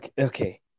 Okay